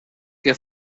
que